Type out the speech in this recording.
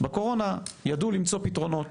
בקורונה ידעו למצוא פתרונות